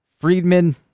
Friedman